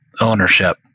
ownership